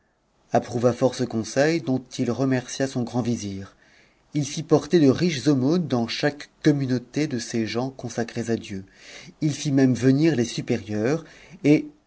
approuva fort ce conseil dont il remercia son grand vizir ii fit porter de riches aumônes dans chaque communauté de ces gens consacrés à dieu il fit même venir les supérieurs et